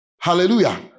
Hallelujah